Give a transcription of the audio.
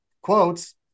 quotes